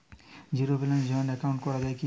Zero ব্যালেন্সে joint account করা য়ায় কি?